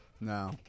No